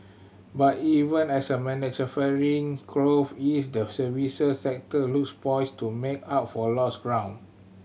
but even as manufacturing growth eased the services sector looks poised to make up for lost ground